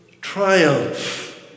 triumph